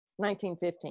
1915